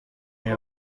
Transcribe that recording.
این